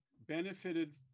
benefited